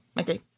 Okay